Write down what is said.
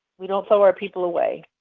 we don't throw our people away.